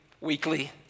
weekly